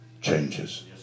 changes